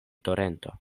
torento